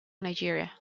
nigeria